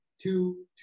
two